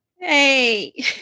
Hey